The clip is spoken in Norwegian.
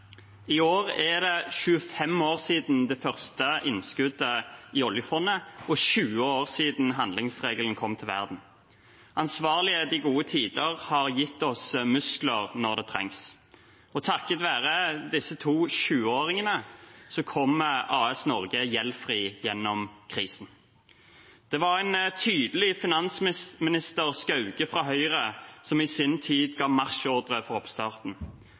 det 25 år siden det første innskuddet i oljefondet og 20 år siden handlingsregelen kom til verden. Ansvarlighet i gode tider har gitt oss muskler når det trengs, og takket være disse to 20-åringene kommer AS Norge gjeldfri gjennom krisen. Det var en tydelig finansminister Skauge fra Høyre som i sin tid ga marsjordre for oppstarten.